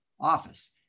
office